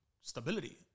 Stability